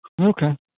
Okay